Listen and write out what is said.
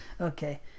Okay